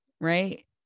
right